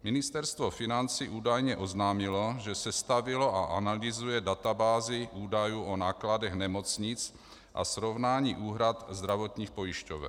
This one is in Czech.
Ministerstvo financí údajně oznámilo, že sestavilo a analyzuje databázi údajů o nákladech nemocnic a srovnání úhrad zdravotních pojišťoven.